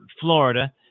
Florida